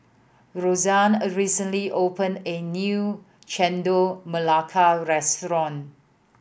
Roseann recently opened a new Chendol Melaka restaurant